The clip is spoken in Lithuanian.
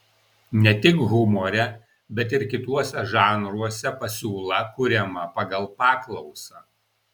ne tik humore bet ir kituose žanruose pasiūla kuriama pagal paklausą